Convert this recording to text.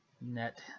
net